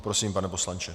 Prosím, pane poslanče.